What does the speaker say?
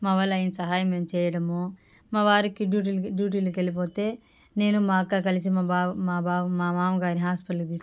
మా వల్ల అయిన సహాయం మేం చేయడము మా వారికి డ్యూటీలు డ్యూటీలకి వెళ్ళిపోతే నేను మా అక్క కలిసి మా బావ మా బావ మా మామగారి హాస్పిటల్కి తీస్కెళ్ళి